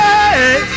Hey